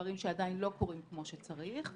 דברים שעדיין לא קורים כמו שצריך.